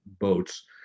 boats